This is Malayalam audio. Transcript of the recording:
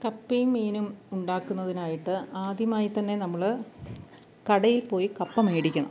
കപ്പയും മീനും ഉണ്ടാക്കുന്നതിനായിട്ട് ആദ്യമായി തന്നെ നമ്മൾ കടയിൽപ്പോയി കപ്പ മേടിക്കണം